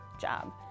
job